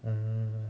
mm